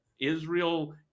Israel